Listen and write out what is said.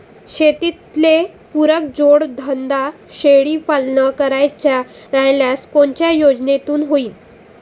शेतीले पुरक जोडधंदा शेळीपालन करायचा राह्यल्यास कोनच्या योजनेतून होईन?